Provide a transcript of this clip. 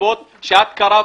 אז מה?